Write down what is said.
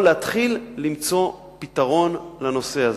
או להתחיל למצוא פתרון לנושא הזה.